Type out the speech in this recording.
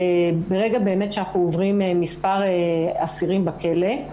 ברגע באמת שאנחנו עוברים מספר אסירים בכלא.